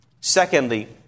Secondly